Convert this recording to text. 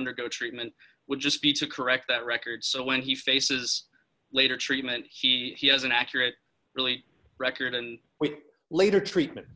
undergo treatment would just be to correct that record so when he faces later treatment he he has an accurate really record and we later treatment